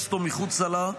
בכנסת או מחוצה לה,